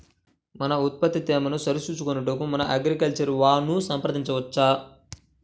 మన ఉత్పత్తి తేమను సరిచూచుకొనుటకు మన అగ్రికల్చర్ వా ను సంప్రదించవచ్చా?